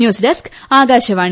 news desk Akashvani